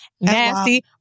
nasty